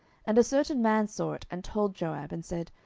and a certain man saw it, and told joab, and said,